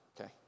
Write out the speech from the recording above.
Okay